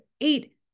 eight